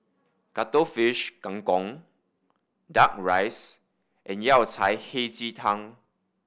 Cuttlefish Kang Kong Duck Rice and Yao Cai Hei Ji Tang